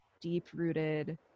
deep-rooted